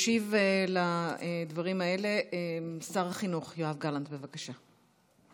ישיב על הדברים האלה שר החינוך יואב גלנט, בבקשה.